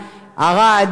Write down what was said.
ערד,